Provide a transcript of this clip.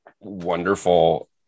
wonderful